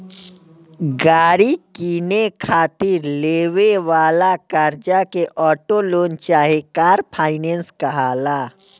गाड़ी किने खातिर लेवे वाला कर्जा के ऑटो लोन चाहे कार फाइनेंस कहाला